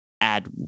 add